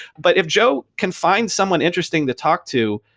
but if joe can find someone interesting to talk to,